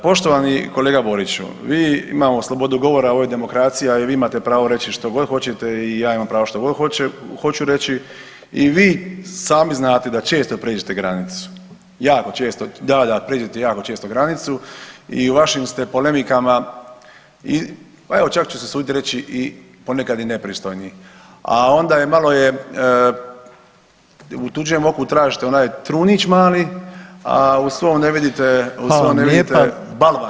Poštovani kolega Boriću, vi, imamo slobodu govora, ovo je demokracija i vi imate pravo reći što god hoćete i ja imam pravo što god hoću reći i vi sami znate da često pređete granicu, jako često, da, da, pređete jako često granicu i vašim ste polemikama evo, čak ću se usuditi reći i ponekad i nepristojni, a onda je, malo je, u tuđem oku tražite onaj trunić mali, a u svom ne vidite [[Upadica: Hvala vam lijepa.]] u svom ne vidite balvan.